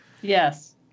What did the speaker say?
Yes